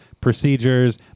procedures